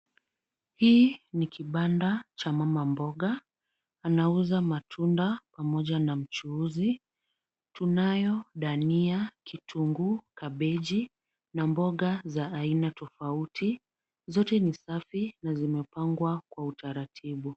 Hii ni kibanda cha mama mboga, anauza matunda pamoja na mchuzi, tunayo, dania, kitunguu, kabeji na mboga za aina tofauti zote ni safi na zimepangwa kwa utaratibu.